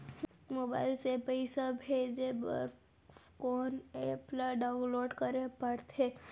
Mobile से पइसा भेजे बर कोन एप ल डाऊनलोड करे ला पड़थे?